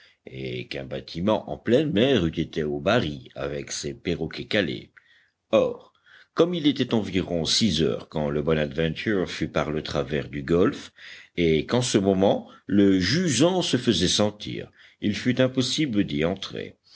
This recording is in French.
et qu'un bâtiment en pleine mer eût été au bas ris avec ses perroquets calés or comme il était environ six heures quand le bonadventure fut par le travers du golfe et qu'en ce moment le jusant se faisait sentir il fut impossible d'y entrer